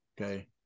Okay